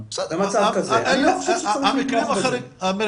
ומצב כזה אני לא חושב שצריך לתמוך בזה.